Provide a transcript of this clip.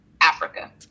africa